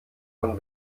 von